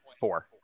four